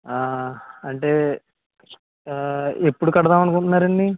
అంటే ఎప్పుడు కడదాం అనుకుంటున్నారండి